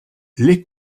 les